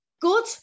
good